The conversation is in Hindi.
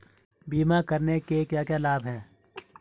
बीमा करने के क्या क्या लाभ हैं?